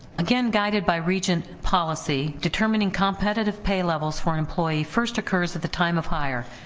again, guided by regent policy, determining competitive pay levels for employee first occurs at the time of hire,